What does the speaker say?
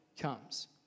comes